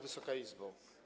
Wysoka Izbo!